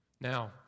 Now